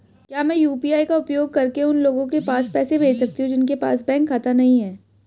क्या मैं यू.पी.आई का उपयोग करके उन लोगों के पास पैसे भेज सकती हूँ जिनके पास बैंक खाता नहीं है?